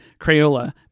Crayola